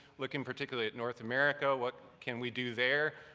looking particularly at north america, what can we do there?